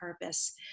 purpose